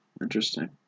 Interesting